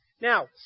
Now